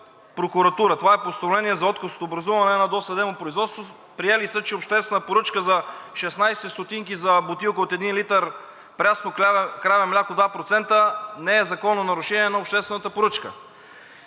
прокуратура. Това е постановление за отказ от образуване на досъдебно производство. Приели са, че обществена поръчка за 0,16 лв. за бутилка от един литър прясно краве мляко 2% не е закононарушение на обществената поръчка.